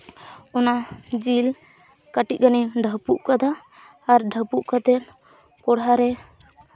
ᱚᱱᱟ ᱡᱤᱞ ᱠᱟᱹᱴᱤᱡ ᱜᱟᱱᱤᱧ ᱰᱷᱟᱯᱚᱜ ᱠᱟᱫᱟ ᱟᱨ ᱰᱷᱟᱯᱚᱜ ᱠᱟᱛᱮᱫ ᱠᱚᱲᱦᱟ ᱨᱮ